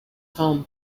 home